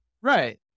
right